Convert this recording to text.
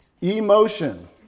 Emotion